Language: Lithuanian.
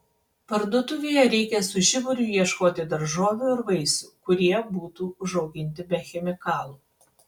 parduotuvėje reikia su žiburiu ieškoti daržovių ir vaisių kurie būtų užauginti be chemikalų